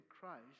Christ